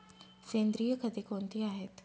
सेंद्रिय खते कोणती आहेत?